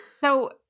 So-